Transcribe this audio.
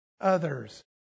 others